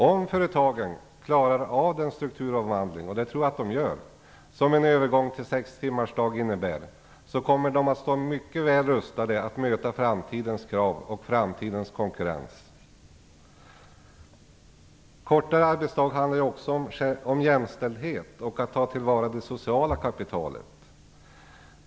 Om företagen klarar av den strukturomvandling som en övergång till sextimmarsdag innebär, och det tror jag att de gör, kommer de att kunna stå väl rustade att möta framtidens krav och konkurrens. Kortare arbetsdag handlar också om jämställdhet och om att ta till vara det sociala kapitalet.